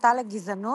הסתה לגזענות,